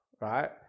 right